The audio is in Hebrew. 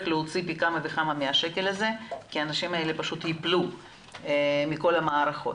להוציא פי כמה וכמה מהשקל הזה כי אנשים פשוט יפלו מכל המערכות.